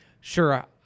sure